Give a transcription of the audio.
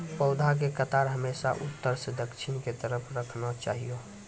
पौधा के कतार हमेशा उत्तर सं दक्षिण के तरफ राखना चाहियो